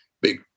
big